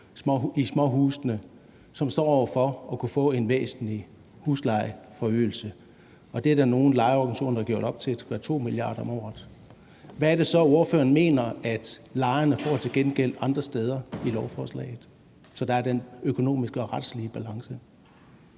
i småhusene, som står over for at få en væsentlig huslejeforøgelse? Og det er der nogle lejerorganisationer der har gjort op til at være 2 mia. kr. om året. Hvad er det så ordføreren mener at lejerne får til gengæld andre steder i lovforslaget, så der er den økonomiske og retslige balance?